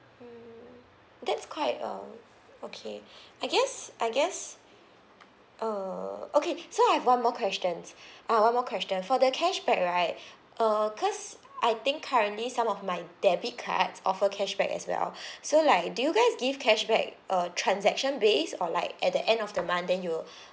mm that's quite um okay I guess I guess uh okay so I have one more questions ah one more question for the cashback right uh because I think currently some of my debit cards offer cashback as well so like do you guys give cashback uh transaction based or like at the end of the month then you'll